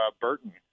Burton